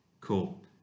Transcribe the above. Cool